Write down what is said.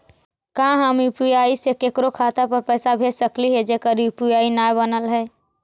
का हम यु.पी.आई से केकरो खाता पर पैसा भेज सकली हे जेकर यु.पी.आई न बनल है?